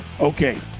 Okay